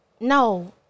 No